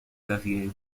carriera